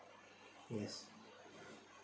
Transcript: yes